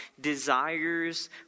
desires